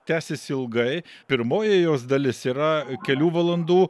tęsis ilgai pirmoji jos dalis yra kelių valandų